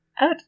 Out